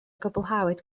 gwblhawyd